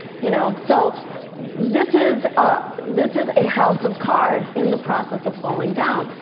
you know so this is ah this is a house of cards in the process of falling down.